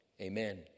amen